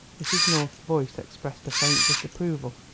mrs. north's voice expressed a faint disapproval.